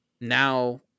now